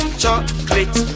chocolate